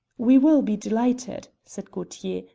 we will be delighted, said gaultier,